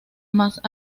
más